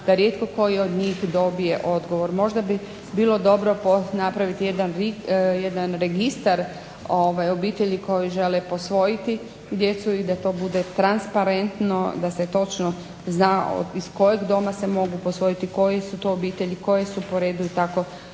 da rijetko koji od njih dobije odgovor. Možda bi bilo dobro napraviti jedan registar obitelji koje žele posvojiti djecu i da to bude transparentno, da se točno zna iz kojeg doma se mogu posvojiti, koje su to obitelji, koje su po redu itd.,